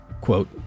quote